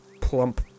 plump